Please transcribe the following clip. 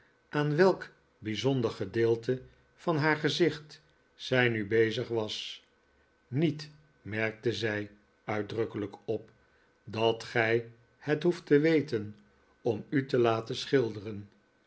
aan welk bijzonder gedeelte van haar gezicht zij nu bbzig was niet merkte zij uitdrukkelijk op dat gij het hoeft te weten om u te laten schilderen